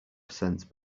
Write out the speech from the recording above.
sent